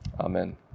Amen